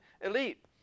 elite